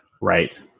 Right